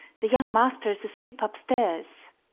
the young master's asleep upstairs.